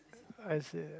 I see